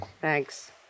Thanks